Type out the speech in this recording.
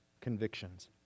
convictions